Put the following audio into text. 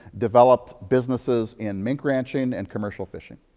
developed businesses in mink ranching and commercial fishing.